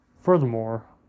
Furthermore